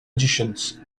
editions